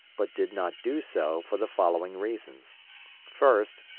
but did not do so for the following reasons first,